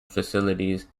facilities